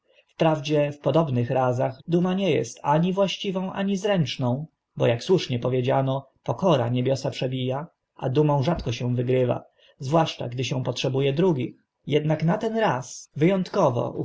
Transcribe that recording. wprawdzie w podobnych razach duma nie est ani właściwą ani zręczną bo ak słusznie powiedziano pokora niebiosa przebija a dumą rzadko się wygrywa zwłaszcza kiedy się potrzebu e drugich ednak na ten raz wy